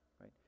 right